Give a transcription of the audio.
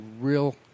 real